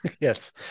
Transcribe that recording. Yes